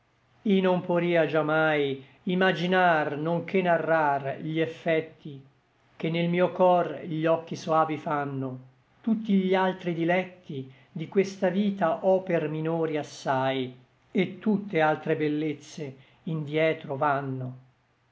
non poria già mai imaginar nonché narrar gli effecti che nel mio cor gli occhi soavi fanno tutti gli altri diletti di questa vita ò per minori assai et tutte altre bellezze indietro vanno